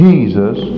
Jesus